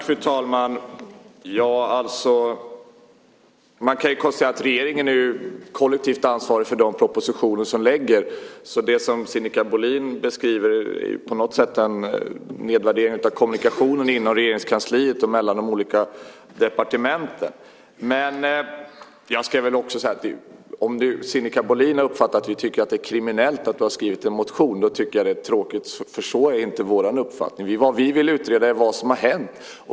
Fru talman! Man kan konstatera att regeringen är kollektivt ansvarig för de propositioner som läggs fram. Det som Sinikka Bohlin beskriver är på något sätt en nedvärdering av kommunikationen inom Regeringskansliet och mellan de olika departementen. Om Sinikka Bohlin har uppfattat att vi tycker att det är kriminellt att du har skrivit en motion är det tråkigt. Så är inte vår uppfattning. Vi vill utreda vad som hänt.